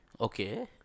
Okay